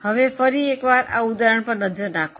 હવે ફરી એકવાર આ ઉદાહરણ પર એક નજર નાખો